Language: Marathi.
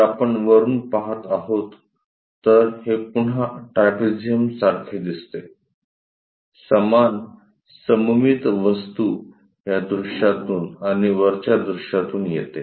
जर आपण वरुन पहात आहोत तर हे पुन्हा ट्रॅपेझियमसारखे दिसते समान सममीत वस्तू या दृश्यातून आणि वरच्या दृश्यातून येते